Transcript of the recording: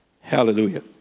Hallelujah